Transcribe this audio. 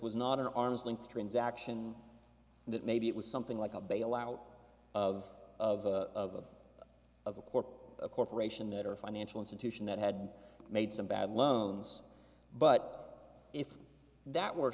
was not an arm's length transaction that maybe it was something like a bailout of of of a corp a corporation that or a financial institution that had made some bad loans but if that were